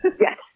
Yes